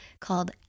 called